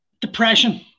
Depression